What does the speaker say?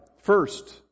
First